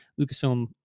Lucasfilm